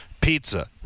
Pizza